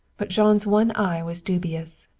but jean's one eye was dubious.